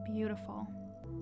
beautiful